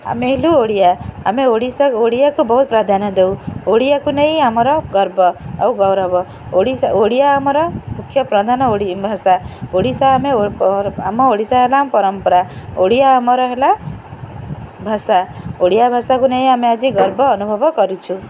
ଆମେ ହେଲୁ ଓଡ଼ିଆ ଆମେ ଓଡ଼ିଶା ଓଡ଼ିଆକୁ ବହୁତ ପ୍ରାଧାନ୍ୟ ଦେଉ ଓଡ଼ିଆକୁ ନେଇ ଆମର ଗର୍ବ ଆଉ ଗୌରବ ଓଡ଼ିଶା ଓଡ଼ିଆ ଆମର ମୁଖ୍ୟ ପ୍ରଧାନ ଓଡ଼ି ଭାଷା ଓଡ଼ିଶା ଆମେ ଆମ ଓଡ଼ିଶା ହେଲା ଆମ ପରମ୍ପରା ଓଡ଼ିଆ ଆମର ହେଲା ଭାଷା ଓଡ଼ିଆ ଭାଷାକୁ ନେଇ ଆମେ ଆଜି ଗର୍ବ ଅନୁଭବ କରୁଛୁ